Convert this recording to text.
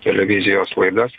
televizijos laidas